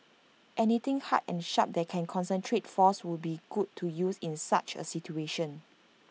anything hard and sharp that can concentrate force would be good to use in such A situation